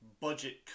budget